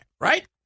right